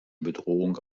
bedrohung